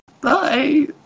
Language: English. Bye